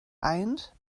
eint